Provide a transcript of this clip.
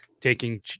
taking